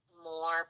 more